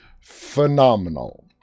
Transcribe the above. phenomenal